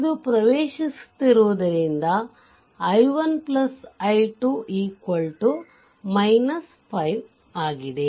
ಇದು ಪ್ರವೇಶಿಸುವದರಿಂದ i1 i2 5 ಆಗಿದೆ